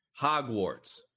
Hogwarts